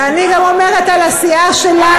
ואני גם אומרת על הסיעה שלנו,